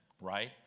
Right